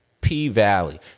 P-Valley